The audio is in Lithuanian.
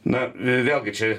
na vėlgi čia